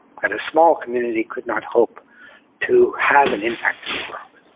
and a small community could not hope to have an impact in the world.